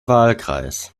wahlkreis